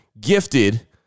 gifted